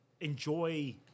enjoy